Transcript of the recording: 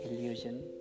illusion